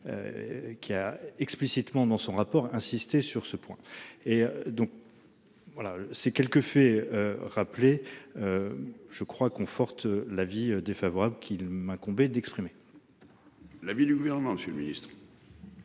Qui a explicitement dans son rapport, insisté sur ce point et donc. Voilà ces quelques faits rappeler. Je crois conforte l'avis défavorable qu'il m'incombait d'exprimer. L'avis du gouvernement, Monsieur le Ministre.